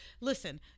Listen